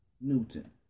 Newton